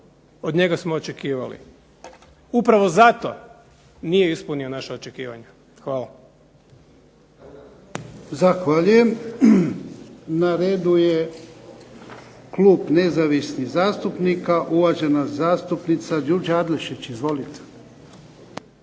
od njega smo očekivali, upravo zato nije ispunio naša očekivanja. Hvala.